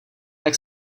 tak